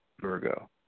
Virgo